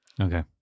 Okay